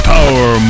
Power